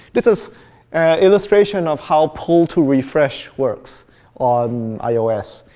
this is an illustration of how pull-to-refresh works on ios.